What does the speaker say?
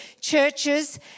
churches